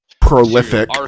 Prolific